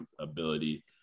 ability